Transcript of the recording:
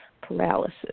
paralysis